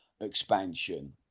expansion